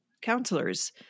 counselors